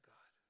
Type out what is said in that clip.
God